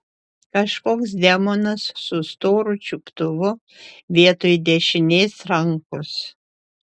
kažkoks demonas su storu čiuptuvu vietoj dešinės rankos